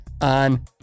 on